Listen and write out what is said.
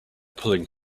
pulling